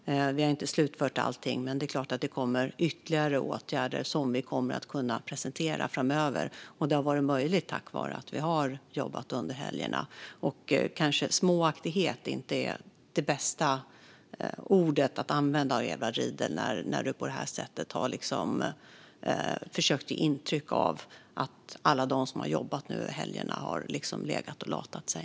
Vi har inte slutfört allting, och det är klart att det kommer ytterligare åtgärder som vi kommer att kunna presentera framöver. Detta har varit möjligt tack vare att vi har jobbat under helgerna. "Småaktighet" är kanske inte det bästa ordet att använda, Edward Riedl, när du försöker ge intryck av att alla de som har arbetat nu under helgerna har legat och latat sig.